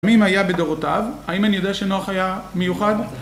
תמים היה בדורותיו, האם אני יודע שנוח היה מיוחד?